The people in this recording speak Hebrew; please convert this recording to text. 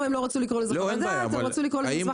הם לא רצו לקרוא לזה "חוות דעת" אלא "מסמך הכנה".